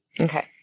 Okay